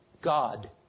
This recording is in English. God